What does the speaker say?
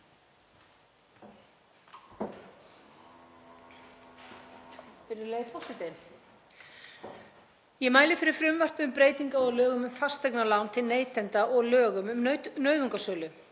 Ég mæli fyrir frumvarpi um breytingu á lögum um fasteignalán til neytenda og lögum um nauðungarsölu.